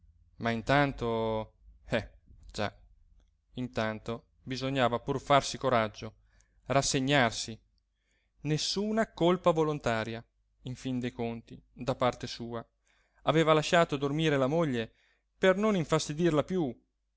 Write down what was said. ma intanto eh già intanto bisognava pur farsi coraggio rassegnarsi nessuna colpa volontaria in fin dei conti da parte sua aveva lasciato dormire la moglie per non infastidirla più